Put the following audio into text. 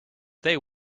they